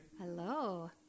Hello